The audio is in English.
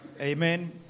Amen